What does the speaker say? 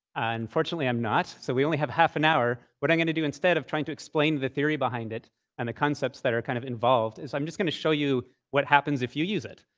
and fortunately, i'm not. so we only have half an hour. what i'm going to do instead of trying to explain the theory behind it and the concepts that are kind of involved is i'm just going to show you what happens if you use it.